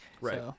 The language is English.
Right